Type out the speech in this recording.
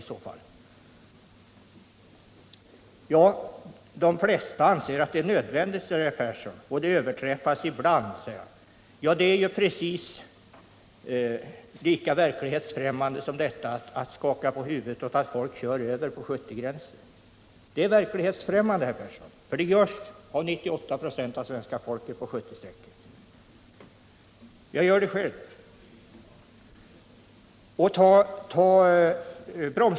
Herr Persson säger att de flesta anser att hastighetsgränserna är nöd vändiga och att de överträds ibland. Det är lika verklighetsfrämmande som att skaka på huvudet när jag säger att folk kör 90 på 70-vägar. gör det själv.